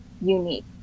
unique